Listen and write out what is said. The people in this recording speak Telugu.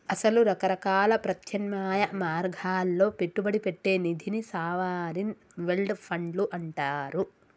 అసలు రకరకాల ప్రత్యామ్నాయ మార్గాల్లో పెట్టుబడి పెట్టే నిధిని సావరిన్ వెల్డ్ ఫండ్లు అంటారు